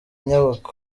nyubako